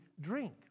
drink